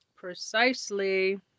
Precisely